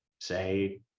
say